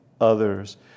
others